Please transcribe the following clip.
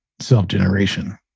self-generation